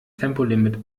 tempolimit